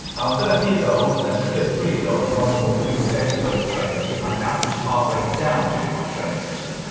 i'm thirty years old, sorry thirty three years old, and wondering what would be the best way to train to get my average heart rate down during my training sessions.